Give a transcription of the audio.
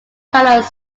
carlos